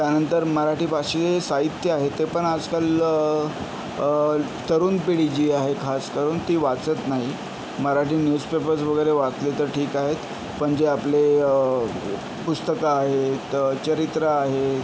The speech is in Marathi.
त्यानंतर मराठी भाषीय साहित्य आहे ते पण आजकाल तरुण पिढी जी आहे खासकरून ती वाचत नाही मराठी न्यूजपेपर्स वगैरे वाचले तर ठीक आहेत पण जे आपले पुस्तकं आहेत चरित्र आहे